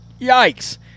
Yikes